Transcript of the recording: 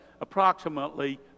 approximately